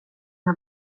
har